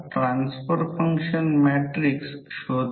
7 ampere turn per weber मिळेल त्याचप्रमाणे R3 साठी 149207